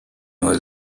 was